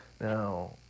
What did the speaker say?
Now